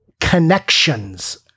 connections